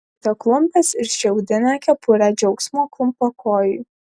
traukiate klumpes ir šiaudinę kepurę džiaugsmo klumpakojui